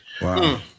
Wow